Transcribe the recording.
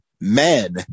men